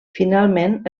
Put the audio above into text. finalment